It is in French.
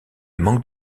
manque